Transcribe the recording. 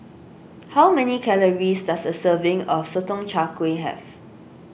how many calories does a serving of Sotong Char Kway have